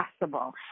possible